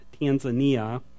Tanzania